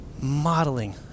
modeling